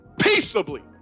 peaceably